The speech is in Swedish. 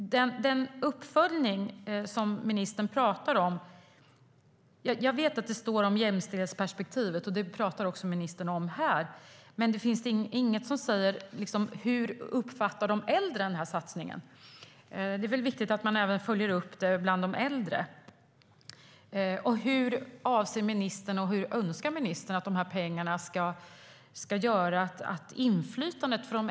Jag vet att det står om jämställdhetsperspektivet i den uppföljning ministern talar om, och det talar ministern om även här. Men det finns ingenting som säger något om hur de äldre uppfattar den här satsningen. Det är väl viktigt att man följer upp det även bland de äldre. Hur önskar ministern, och hur avser ministern att se till, att de här pengarna ska göra att de äldres inflytande ökas?